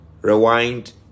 rewind